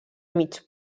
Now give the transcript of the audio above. mig